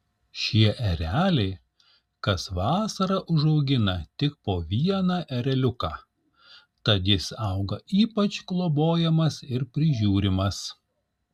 šie ereliai kas vasarą užaugina tik po vieną ereliuką tad jis auga ypač globojamas ir prižiūrimas